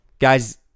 Guys